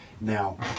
now